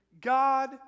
God